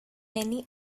many